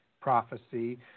prophecy